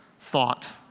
thought